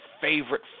favorite